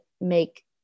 make